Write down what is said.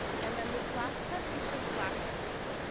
and then this last test they took last week.